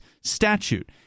statute